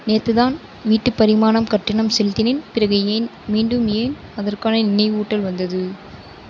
நேற்று தான் வீட்டுப் பரிமாணம் கட்டிணம் செலுத்தினேன் பிறகு ஏன் மீண்டும் ஏன் அதற்கான நினைவூட்டல் வந்தது